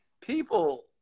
people